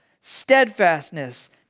steadfastness